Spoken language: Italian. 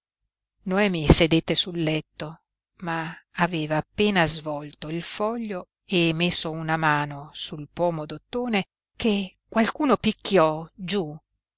noemi sedette sul letto ma aveva appena svolto il foglio e messo una mano sul pomo d'ottone che qualcuno picchiò giú